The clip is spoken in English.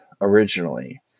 originally